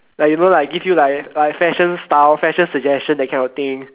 like you know like I give you like like fashion style fashion suggestion that kind of thing